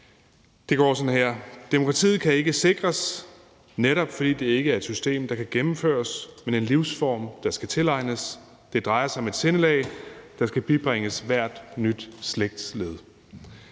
Det lyder sådan her: »Demokrati kan ikke sikres – netop fordi det ikke er et system, der skal gennemføres, men en livsform, der skal tilegnes. Det drejer sig om et sindelag, der skal bibringes hvert nyt slægtled.«